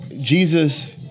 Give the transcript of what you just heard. Jesus